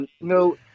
No